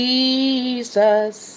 Jesus